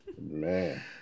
Man